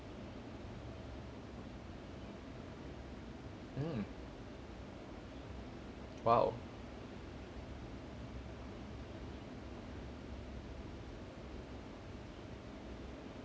mm !wow!